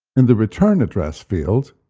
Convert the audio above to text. in the return address field,